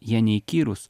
jie neįkyrūs